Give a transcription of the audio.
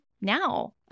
now